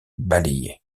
balayée